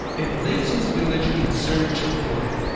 and leaves his village in search of glory.